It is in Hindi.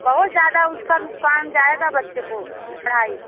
बहुत ज़्यादा उसका नुकसान जाएगा बच्चे को पढ़ाई